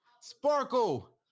sparkle